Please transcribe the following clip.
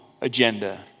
agenda